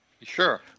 Sure